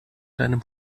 deinem